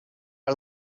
are